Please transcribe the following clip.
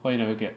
why you never get